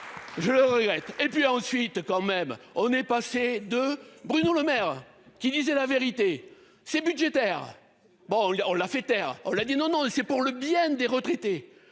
Je le regrette et puis ensuite quand même on est passé de Bruno Le Maire qui disait la vérité c'est budgétaire, bon on l'a fait taire. On l'a dit non non c'est pour le bien des retraités.